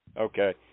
Okay